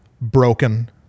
broken